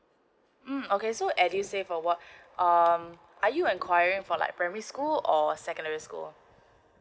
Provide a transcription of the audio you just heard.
mm okay so edusave awards um are you enquiry for like primary school or secondary school